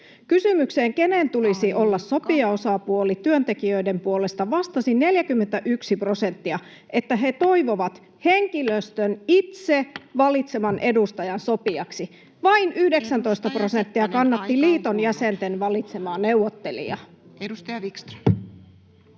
Kysymykseen siitä, kenen tulisi olla sopijaosapuoli, työntekijöiden puolesta vastasi 41 prosenttia, että he toivovat henkilöstön itsensä valitseman edustajan sopijaksi. Vain 19 prosenttia kannatti liiton jäsenten valitsemaa neuvottelijaa. Me vietimme